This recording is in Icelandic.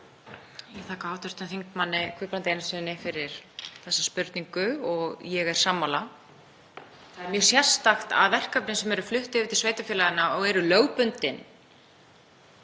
Ég þakka hv. þm. Guðbrandi Einarssyni fyrir þessa spurningu og ég er sammála. Það er mjög sérstakt að verkefni, sem eru flutt yfir til sveitarfélaganna og eru lögbundin,